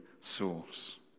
source